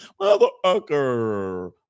Motherfucker